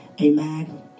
Amen